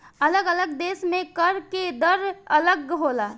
अलग अलग देश में कर के दर अलग होला